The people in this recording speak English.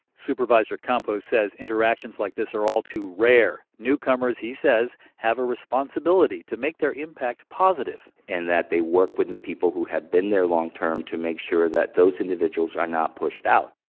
supervisor campos says interactions like this are all too rare. newcomers, he says, have a responsibity to make their impact positive, and that they work with people who have been there long term to make sure those individuals are not pushed out.